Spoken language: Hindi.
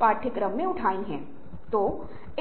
कर सकते हैं